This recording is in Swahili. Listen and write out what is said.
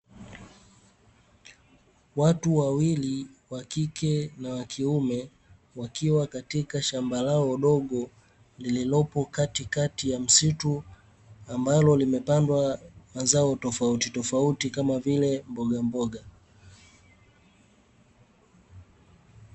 Watu wawili (wa kike na wa kiume) wakiwa katika shamba lao dogo lililopo katikati ya msitu ambalo limepandwa mazao tofautitofauti kama vile mbogamboga.